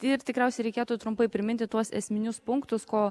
ir tikriausiai reikėtų trumpai priminti tuos esminius punktus ko